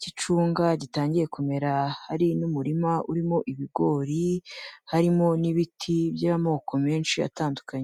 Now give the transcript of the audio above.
cy'icunga gitangiye kumera, hari n'umurima urimo ibigori, harimo n'ibiti by'amoko menshi atandukanye.